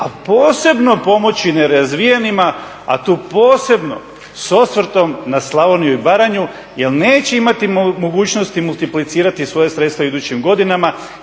a posebno pomoći nerazvijenima, a tu posebno s osvrtom na Slavoniju i Baranju jer neće imati mogućnosti multiplicirati svoja sredstva u idućim godinama